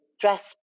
dress